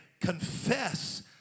confess